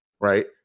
right